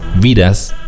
Vidas